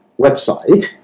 website